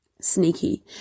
sneaky